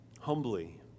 humbly